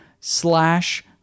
slash